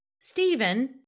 Stephen